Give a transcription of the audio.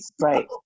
right